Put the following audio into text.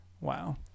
Wow